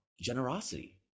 generosity